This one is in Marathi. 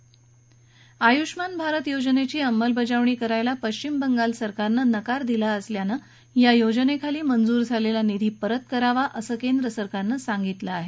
आयुष्मान भारत योजनेची अंमलबजावणी करायला पश्चिम बंगाल सरकारनं नकार दिला असल्यानं या योजनेखाली मंजूर झालेला निधी परत करावा असं केंद्रसरकारनं सांगितलं आहे